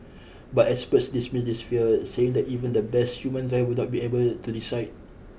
but experts dismiss this fear saying that even the best human driver would not be able to decide